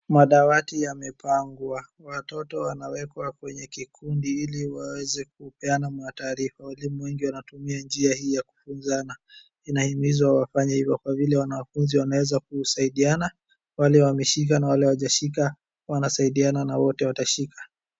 Madawati yamepangwa, watoto wanawekwa kwenye kikundi ili waweze kupeana mataarifa. Walimu wengi wanatumia njia hii ya kufunzana. Inahimizwa wafanye hivo kwa vile wanafunzi wanaweza kusaidia. Wale wameshika na wale hawajashika wanasaidiana na wote watashika.